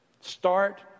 Start